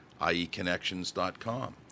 ieconnections.com